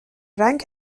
رنگ